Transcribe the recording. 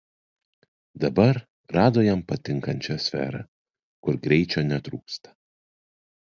dabar rado jam patinkančią sferą kur greičio netrūksta